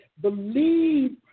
Believe